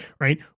right